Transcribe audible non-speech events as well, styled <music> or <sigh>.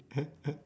<laughs>